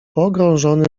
pogrążony